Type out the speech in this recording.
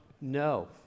No